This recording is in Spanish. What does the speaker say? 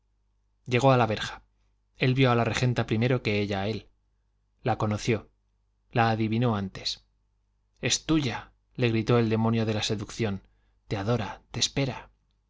llegó a la verja él vio a la regenta primero que ella a él la conoció la adivinó antes es tuya le gritó el demonio de la seducción te adora te espera